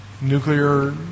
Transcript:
nuclear